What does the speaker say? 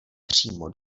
přímo